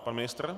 Pan ministr?